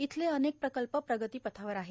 इथले अनेक प्रकल्प प्रगतीपथावर आहेत